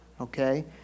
Okay